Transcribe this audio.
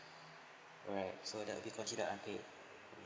alright so that will be considered unpaid